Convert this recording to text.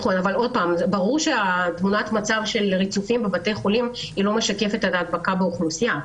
אבל תמונת המצב של הריצופים בבתי החולים לא משקפת את ההדבקה באוכלוסייה.